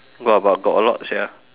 got got got a lot sia